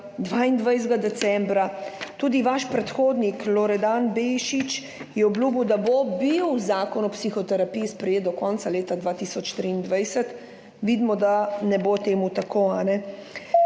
22. decembra. Tudi vaš predhodnik Bešič Loredan je obljubil, da bo zakon o psihoterapiji sprejet do konca leta 2023. Vidimo, da to ne bo tako,